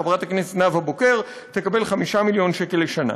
חברת הכנסת נאוה בוקר תקבל 5 מיליון שקל לשנה.